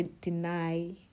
deny